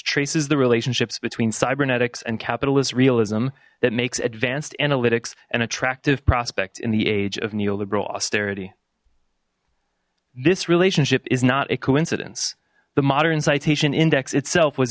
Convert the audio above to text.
traces the relationships between cybernetics and capitalist realism that makes advanced analytics an attractive prospect in the age of neoliberal austerity this relationship is not a coincidence the modern citation index itself was